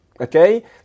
okay